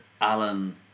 Alan